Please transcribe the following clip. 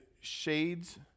shades